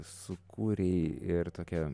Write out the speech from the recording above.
sukūrei ir tokią